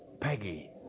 Peggy